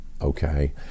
okay